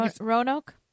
Roanoke